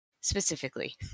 specifically